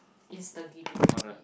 instability